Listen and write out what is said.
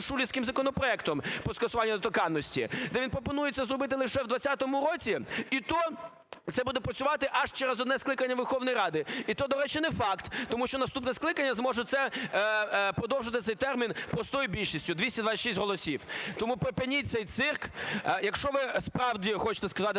шулерським законопроектом про скасування недоторканності, де він пропонує це зробити лише у 2020 році, і то це буде працювати аж через одне скликання Верховної Ради, і то, до речі, не факт, тому що наступне скликання зможе продовжити цей термін простою більшістю – 226 голосів. Тому припиніть цей цирк. Якщо ви справді хочете скасувати